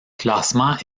classement